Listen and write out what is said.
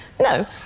No